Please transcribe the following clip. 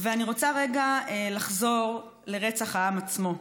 אני רוצה רגע לחזור לרצח העם עצמו.